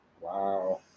Wow